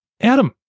Adam